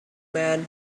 man